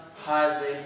highly